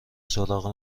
سراغ